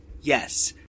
Yes